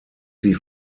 sie